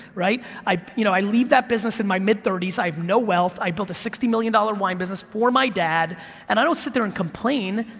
right, i you know i leave that business in my mid thirty s, i've no wealth, i've built a sixty million dollar wine business for my dad and i don't sit there and complain,